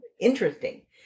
interesting